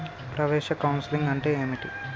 ప్రవేశ కౌన్సెలింగ్ అంటే ఏమిటి?